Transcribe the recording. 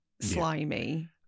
slimy